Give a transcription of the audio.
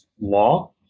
law